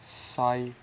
Sai